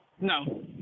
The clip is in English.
no